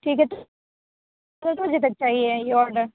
ٹھیک ہے تو بجے تک چاہیے یہ آڈر